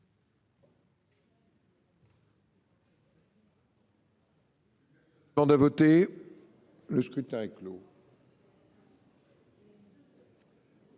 Le scrutin est clos.